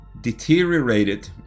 deteriorated